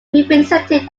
represented